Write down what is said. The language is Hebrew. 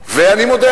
ואני מודה